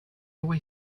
boy